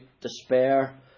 despair